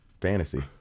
fantasy